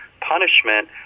punishment